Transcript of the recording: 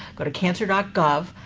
go to cancer ah gov,